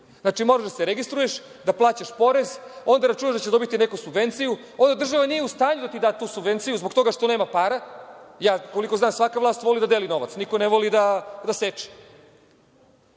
Znači, moraš da se registruješ, da plaćaš porez, a onda računaš da ćeš dobiti neku subvenciju. Onda država nije u stanju da ti da tu subvenciju zbog toga što nema para. Koliko ja znam svaka vlast voli da deli novac, niko ne voli da seče.